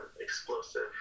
explosive